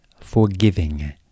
forgiving